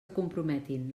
comprometin